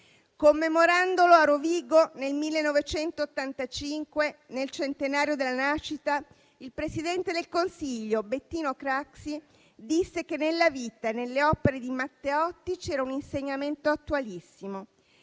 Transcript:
Commemorandolo a Rovigo nel 1985, nel centenario della nascita, il presidente del Consiglio Bettino Craxi disse che nella vita e nelle opere di Matteotti c'era un insegnamento attualissimo: